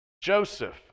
Joseph